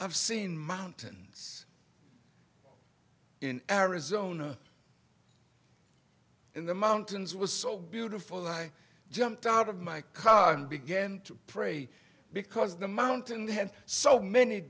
i've seen mountains in arizona in the mountains it was so beautiful i jumped out of my car and began to pray because the mountain had so many